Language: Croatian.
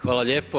Hvala lijepo.